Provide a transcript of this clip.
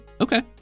Okay